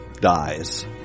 dies